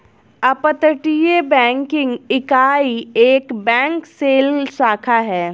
अपतटीय बैंकिंग इकाई एक बैंक शेल शाखा है